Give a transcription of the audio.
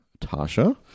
Tasha